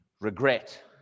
Regret